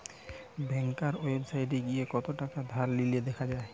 ব্যাংকার ওয়েবসাইটে গিয়ে কত থাকা ধার নিলো দেখা যায়